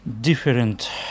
Different